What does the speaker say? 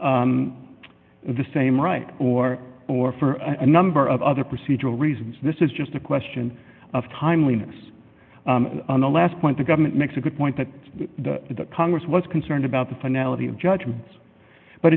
not the same right or or for a number of other procedural reasons this is just a question of time when the last point the government makes a good point that the congress was concerned about the finality of judgment but